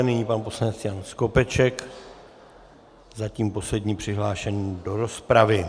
Nyní pan poslanec Jan Skopeček, zatím poslední přihlášený do rozpravy.